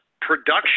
production